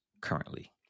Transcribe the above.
currently